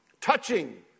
Touching